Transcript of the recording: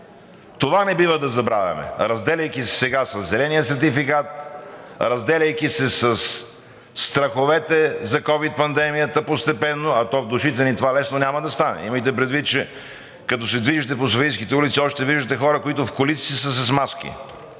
Това не бива да забравяме, разделяйки се сега със зеления сертификат, разделяйки се със страховете за ковид пандемията постепенно, а в душите ни това лесно няма да стане. Имайте предвид, че като се движите по софийските улици, още виждате хора, които в колите си са с маски.